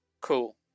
Cool